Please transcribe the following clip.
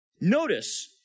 Notice